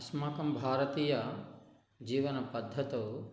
अस्माकं भारतीयजीवनपद्धतौ